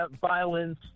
violence